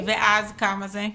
ואז כמה זה?